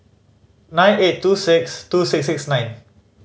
nine eight two six two six six nine